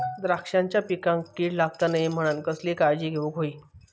द्राक्षांच्या पिकांक कीड लागता नये म्हणान कसली काळजी घेऊक होई?